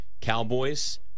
Cowboys